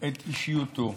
את אישיותו.